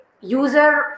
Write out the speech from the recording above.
user